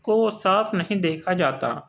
کو صاف نہیں دیکھا جاتا